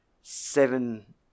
seven